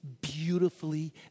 beautifully